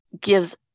gives